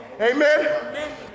Amen